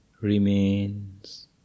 remains